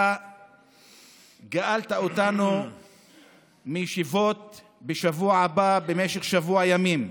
אתה גאלת אותנו מישיבות בשבוע הבא במשך שבוע ימים,